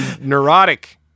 neurotic